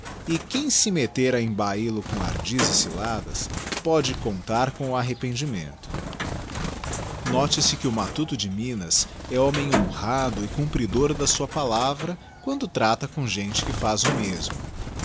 e quem se metter a embahil o com ardis e ciladas pode contar com o arrependimento note-se que o matuto de minas e do e cumpridor da sua palavra quando trata com gente que faz o mesmo